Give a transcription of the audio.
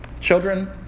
Children